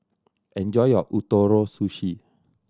enjoy your Ootoro Sushi